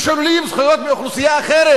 ושוללים זכויות מאוכלוסייה אחרת.